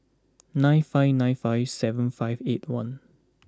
nine five nine five seven five eight one